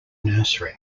nursery